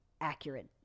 accurate